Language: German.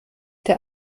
der